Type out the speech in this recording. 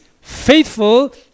faithful